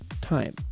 time